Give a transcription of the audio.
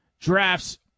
drafts